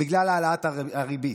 בגלל העלאת הריבית.